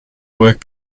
work